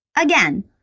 Again